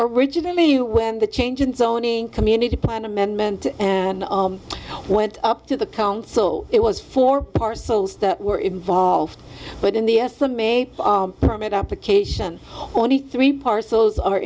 originally when the change in zoning community plan amendment and went up to the count so it was four parcels that were involved but in the estimate permit application only three parcels are